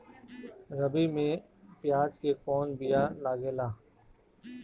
रबी में प्याज के कौन बीया लागेला?